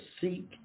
seek